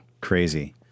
Crazy